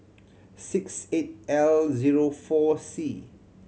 six eight L zero four C